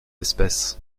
espèces